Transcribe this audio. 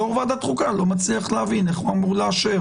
יושב ראש ועדת החוקה לא מצליח להבין איך הוא אמור לאשר